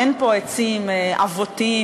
אין פה עצים עבותים,